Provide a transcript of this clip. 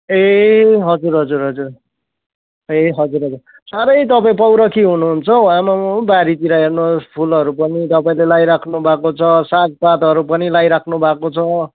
ए हजुर हजुर हजुर ए हजुर हजुर साह्रै तपाईँ पौरखी हुनुहुन्छ हौ आम्ममम बारीतिर हेर्नुहोस् फुलहरू पनि तपाईँले लाइराख्नु भएको छ सागपातहरू पनि लाइराख्नु भएको छ